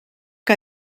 que